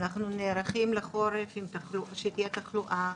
נערכים לחורף שתהיה תחלואה